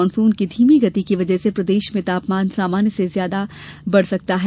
monsoon की धीमी गति की वजह से प्रदेश में तापमान सामान्य से ज्यादा बढ़ भी सकता है